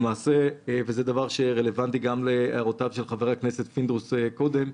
זה רלוונטי גם להערותיו של חבר הכנסת פינדרוס קודם.